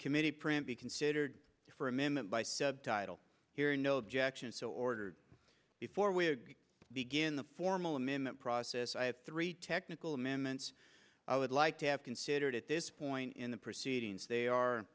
committee print be considered for a minute by subtitle here no objection so ordered before we begin the formal amendment process i have three technical amendments i would like to have considered at this point in the proceedings they are